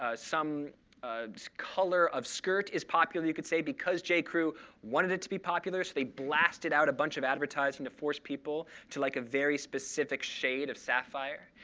ah some color of skirt is popular, you could say, because j. crew wanted it to be popular. so they blasted out a bunch of advertising to force people to like a very specific shade of sapphire.